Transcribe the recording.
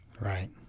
Right